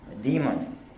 demon